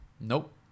Nope